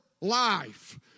life